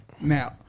Now